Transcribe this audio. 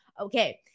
Okay